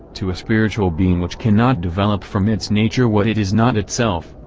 to a spiritual being which cannot develop from its nature what it is not itself,